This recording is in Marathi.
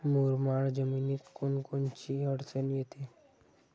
मुरमाड जमीनीत कोनकोनची अडचन येते?